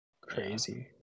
crazy